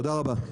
תודה רבה.